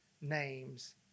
name's